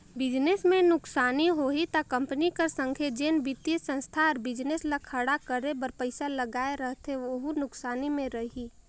business में नुकसानी होही ता कंपनी कर संघे जेन बित्तीय संस्था हर बिजनेस ल खड़ा करे बर पइसा लगाए रहथे वहूं नुकसानी में रइही